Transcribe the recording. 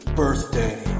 birthday